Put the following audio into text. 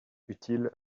utiles